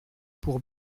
pour